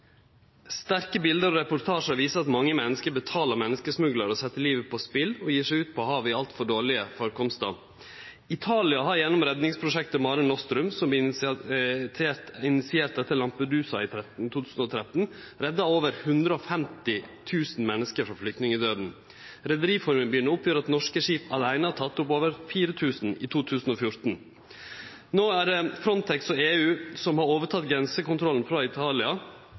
Sterke bilde og reportasjar viser at mange menneske betalar menneskesmuglarar og set livet på spill ut på havet i altfor dårlege farkostar. Italia har gjennom redningsprosjektet Mare Nostrum, initiert etter Lampedusa-tragedien i 2013, redda over 150 000 menneske frå flyktningdøden. Rederiforbundet fortel at norske skip aleine har teke opp over 4 000 menneske i 2014. Nå er det Frontex og EU som har overteke grensekontrollen frå Italia,